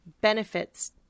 benefits